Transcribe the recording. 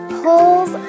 pulls